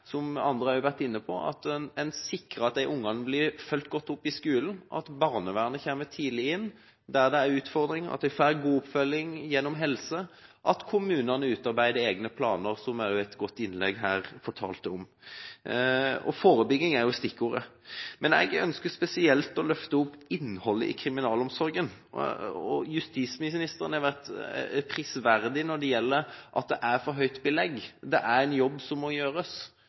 som også andre har vært inne på – at en sikrer at disse ungene blir fulgt godt opp i skolen, at barnevernet kommer tidlig inn der det er utfordringer, at de får god oppfølging med tanke på helse, at kommunene utarbeider egne planer, noe som også et godt innlegg her fortalte om. Forebygging er stikkordet. Men jeg ønsker spesielt å løfte opp innholdet i kriminalomsorgen. Justisministeren har vært prisverdig når det gjelder å påpeke at det er for høyt belegg, at det er en jobb som må gjøres.